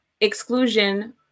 exclusion